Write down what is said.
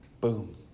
boom